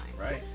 Right